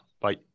bye